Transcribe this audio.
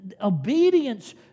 Obedience